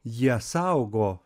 jie saugo